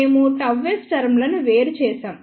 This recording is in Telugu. మేము Γs టర్మ్ ల ను వేరుచేశాం